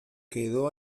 quedó